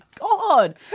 God